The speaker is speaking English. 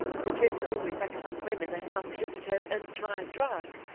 the truth always acts on women as some hitherto untried drug,